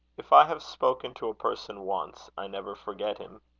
if i have spoken to a person once, i never forget him.